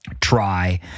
Try